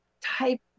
type